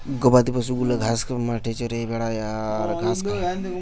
গবাদি পশু গুলা ঘাস মাঠে চরে বেড়ায় আর ঘাস খায়